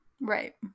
right